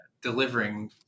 delivering